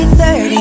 30